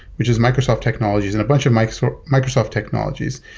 which is microsoft technologies, and a bunch of microsoft microsoft technologies.